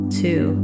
two